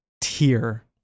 tier